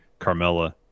Carmella